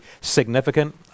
significant